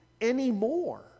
anymore